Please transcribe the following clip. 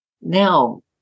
Now